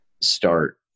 start